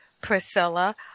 Priscilla